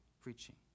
preaching